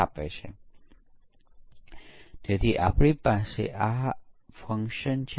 coding દરમિયાન unit પરીક્ષણ developers દ્વારા કરવામાં આવે છે